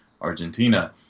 Argentina